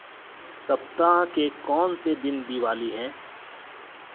सप्ताह के कौनसे दिन दिवाली है